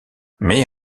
mais